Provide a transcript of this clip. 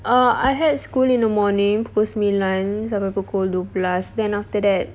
uh I had school in the morning pukul sembilan sampai pukul dua belas then after that